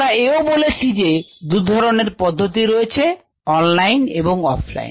আমরা এও বলেছি যে দুধরনের পদ্ধতি রয়েছে অনলাইন এবং অফলাইন